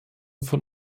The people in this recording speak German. von